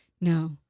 no